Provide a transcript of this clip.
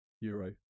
Euro